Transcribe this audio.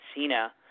Cena